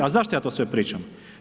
A zašto ja to sve pričam?